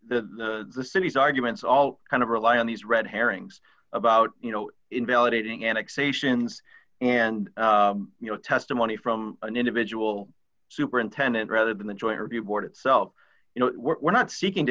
the the city's arguments all kind of rely on these red herrings about you know invalidating annexations and you know testimony from an individual superintendent rather than the joint review board itself you know we're not seeking to